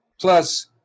Plus